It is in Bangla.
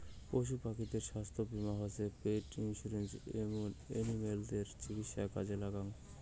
পশু পাখিদের ছাস্থ্য বীমা হসে পেট ইন্সুরেন্স এনিমালদের চিকিৎসায় কাজে লাগ্যাঙ